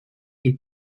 est